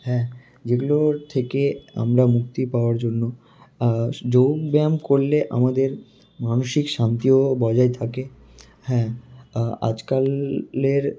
হ্যাঁ যেগুলোর থেকে আমরা মুক্তি পাওয়ার জন্য যোগব্যায়াম করলে আমাদের মানসিক শান্তিও বজায় থাকে হ্যাঁ আজকালের